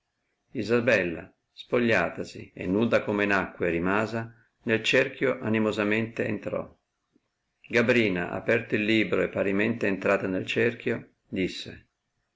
isabella spogliatasi e nuda come nacque rimasa nel cerchio animosamente entrò gabrina aperto il libro e parimente entrata nel cerchio disse